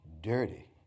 dirty